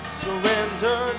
surrender